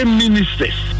ministers